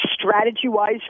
strategy-wise